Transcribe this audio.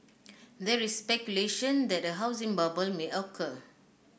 there is speculation that a housing bubble may occur